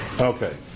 Okay